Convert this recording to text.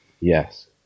Yes